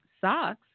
socks